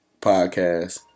podcast